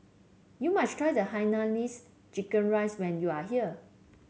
you must try the Hainanese Chicken Rice when you are here